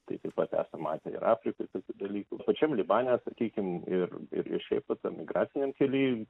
tai taip pat esam matę ir afrikoj tokių dalykų pačiam libane sakykim ir ir ir šiaip va tam emigraciniam kely